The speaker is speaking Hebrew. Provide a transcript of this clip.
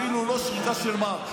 אפילו לא שריקה של מארש.